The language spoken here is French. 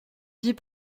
dit